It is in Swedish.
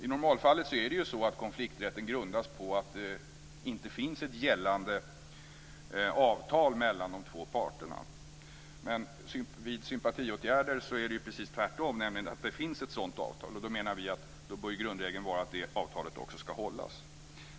I normalfallet grundas konflikträtten på att det inte finns ett gällande avtal mellan de två parterna, men vid sympatiåtgärder är det precis tvärtom, nämligen så att det finns ett sådant avtal. Vi menar att grundregeln då bör vara att det avtalet ska hållas.